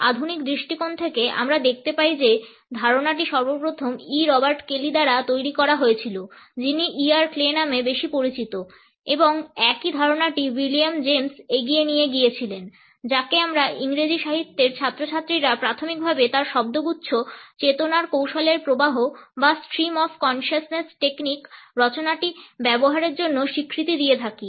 আধুনিক দৃষ্টিকোণ থেকে আমরা দেখতে পাই যে ধারণাটি সর্বপ্রথম ই রবার্ট কেলি দ্বারা তৈরি করা হয়েছিল যিনি ই আর ক্লে নামে বেশি পরিচিত এবং একই ধারণাটি উইলিয়াম জেমস এগিয়ে নিয়ে গিয়েছিলেন যাকে আমরা ইংরেজি সাহিত্যের ছাত্রছাত্রীরা প্রাথমিকভাবে তার শব্দগুচ্ছ চেতনার কৌশলের প্রবাহ 'stream of consciousness technique' রচনাটি ব্যবহারের জন্য স্বীকৃতি দিয়ে থাকি